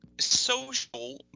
Social